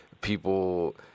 people